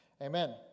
Amen